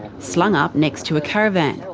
slung up next to a caravan.